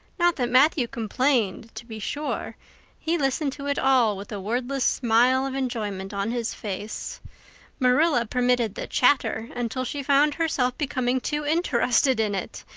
not that matthew complained, to be sure he listened to it all with a wordless smile of enjoyment on his face marilla permitted the chatter until she found herself becoming too interested in it,